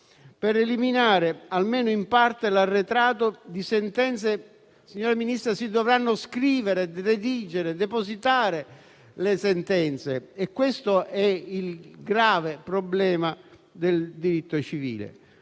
per eliminare almeno in parte l'arretrato di sentenze. Signora Ministra, si dovranno scrivere, redigere e depositare le sentenze; questo è il grave problema del diritto civile